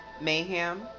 mayhem